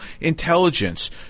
intelligence